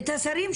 את השרים,